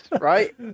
right